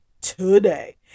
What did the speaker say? today